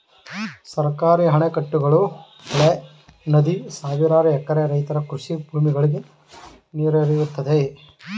ಸರ್ಕಾರಿ ಅಣೆಕಟ್ಟುಗಳು, ಹೊಳೆ, ನದಿ ಸಾವಿರಾರು ಎಕರೆ ರೈತರ ಕೃಷಿ ಭೂಮಿಗಳಿಗೆ ನೀರೆರೆಯುತ್ತದೆ